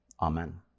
amen